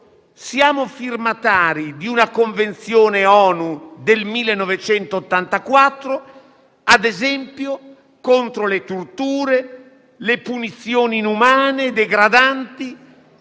siamo firmatari di una Convenzione ONU del 1984 contro le torture, le punizioni inumane e degradanti.